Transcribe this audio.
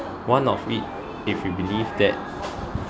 one of it if you believe that